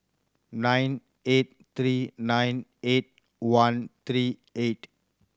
nine eight three nine eight one three eight